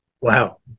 Wow